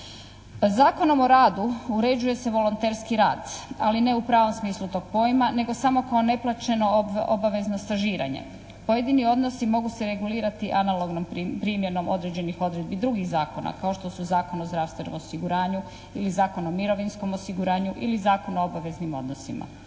Zakonom o radu uređuje se volonterski rad ali ne u pravom smislu tog pojma nego samo kao neplaćeno obavezno stažiranje. Pojedini odnosi mogu se regulirati analognom primjenom određenih odredbi drugih zakona kao što su Zakon o zdravstvenom osiguranju ili Zakon o mirovinskom osiguranju ili Zakon o obaveznim odnosima.